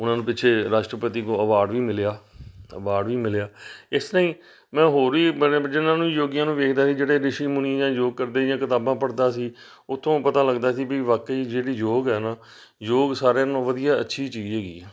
ਉਹਨਾਂ ਨੂੰ ਪਿੱਛੇ ਰਾਸ਼ਟਰਪਤੀ ਕੋਲ ਅਵਾਰਡ ਵੀ ਮਿਲਿਆ ਤਾਂ ਅਵਾਰਡ ਵੀ ਮਿਲਿਆ ਇਸ ਤਰ੍ਹਾਂ ਹੀ ਮੈਂ ਹੋਰ ਵੀ ਜਿਹਨਾਂ ਨੂੰ ਯੋਗੀਆਂ ਨੂੰ ਦੇਖਦਾ ਸੀ ਜਿਹੜੇ ਰਿਸ਼ੀ ਮੁਨੀ ਜਾਂ ਯੋਗ ਕਰਦੇ ਜਾਂ ਕਿਤਾਬਾਂ ਪੜ੍ਹਦਾ ਸੀ ਉਥੋਂ ਪਤਾ ਲੱਗਦਾ ਸੀ ਵੀ ਵਾਕਿਆ ਜਿਹੜੀ ਯੋਗ ਆ ਨਾ ਯੋਗ ਸਾਰਿਆਂ ਨਾਲੋਂ ਵਧੀਆ ਅੱਛੀ ਚੀਜ਼ ਹੈਗੀ ਆ